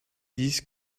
disent